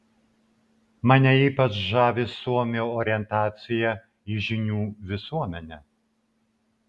mane ypač žavi suomių orientacija į žinių visuomenę